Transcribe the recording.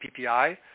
PPI